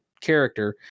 character